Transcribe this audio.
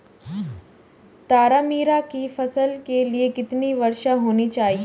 तारामीरा की फसल के लिए कितनी वर्षा होनी चाहिए?